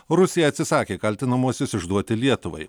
rusija atsisakė kaltinamuosius išduoti lietuvai